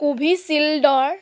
কোভিচিল্ডৰ